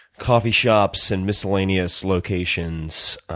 coffee shops and miscellaneous locations,